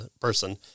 person